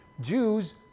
Jews